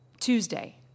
Tuesday